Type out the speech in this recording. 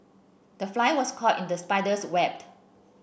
the fly was caught in the spider's web